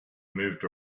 moved